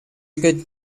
good